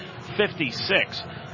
56